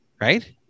right